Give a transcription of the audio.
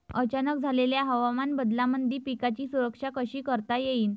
अचानक झालेल्या हवामान बदलामंदी पिकाची सुरक्षा कशी करता येईन?